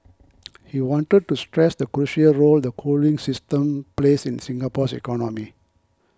he wanted to stress the crucial role the cooling system plays in Singapore's economy